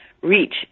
reach